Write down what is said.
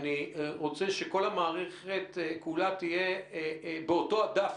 אני רוצה שכל המערכת כולה תהיה באותו הדף,